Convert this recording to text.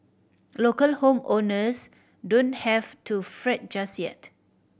local home owners don't have to fret just yet